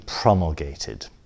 promulgated